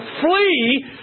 flee